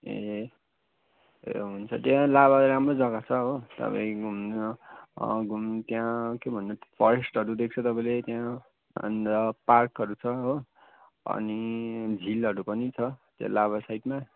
ए ए हुन्छ त्यहाँ लाभा राम्रो जग्गा छ हो तपाईँ घुम्न घुम् त्यहाँ के भन्छ फरेस्टहरू देख्छ तपाईँले त्यहाँ अन्त पार्कहरू छ हो अनि झिलहरू पनि छ यो लाभा साइडमा